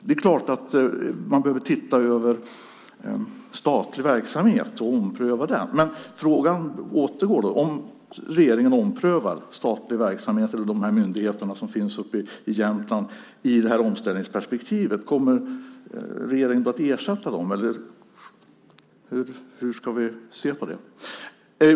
Det är klart att man behöver se över statlig verksamhet och ompröva den, men frågan återgår. Om regeringen omprövar statlig verksamhet och de myndigheter som finns uppe i Jämtland i det här omställningsperspektivet, kommer regeringen då att ersätta dem, eller hur ska vi se på det?